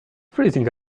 freezing